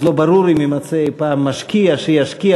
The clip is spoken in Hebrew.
אז לא ברור אם יימצא פעם משקיע שישקיע